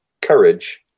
courage